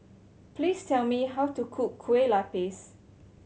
please tell me how to cook Kueh Lapis